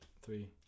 three